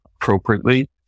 appropriately